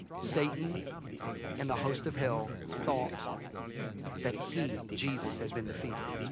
satan and the host of hell thought that he, jesus, had been defeated.